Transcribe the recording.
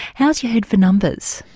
how's your head for numbers?